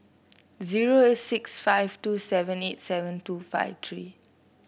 zero six five two seven eight seven two five three